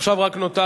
עכשיו רק נותר,